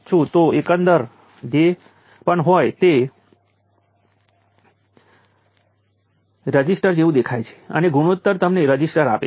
તેથી t બરાબર 0 ન થાય તે પહેલાં વોલ્ટેજ અને કરંટ બંને 0 છે